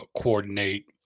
coordinate